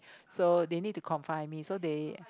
so they need to confine me so they